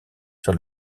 sur